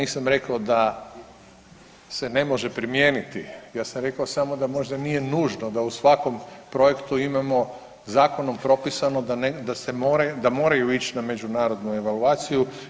Ja nisam rekao da se ne može primijeniti, ja sam rekao samo da možda nije nužno da u svakom projektu imamo zakonom propisano da moraju ići na međunarodnu evaluaciju.